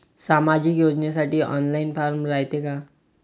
सामाजिक योजनेसाठी online form रायते का?